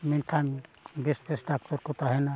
ᱢᱮᱱᱠᱷᱟᱱ ᱵᱮᱥ ᱵᱮᱥ ᱰᱟᱠᱛᱚᱨ ᱠᱚ ᱛᱟᱦᱮᱱᱟ